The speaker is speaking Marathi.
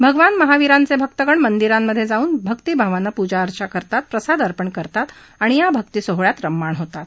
भगवान महाविरांचे भक्तगण मंदिरामधे जाऊन भक्तीभावानं पूजा अर्चा करतात प्रसाद अर्पण करतात आणि या भक्तीसोहळ्यात रममाण होतात